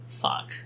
fuck